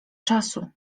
czasu